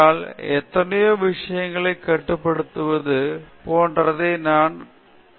ஏனென்றால் எத்தனையோ விஷயங்களைக் கட்டுப்படுத்துவது போன்றவற்றை நான் கையாள வேண்டியிருந்தது